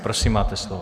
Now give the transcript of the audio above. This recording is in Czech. Prosím, máte slovo.